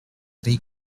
three